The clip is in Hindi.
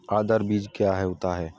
आधार बीज क्या होता है?